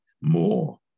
more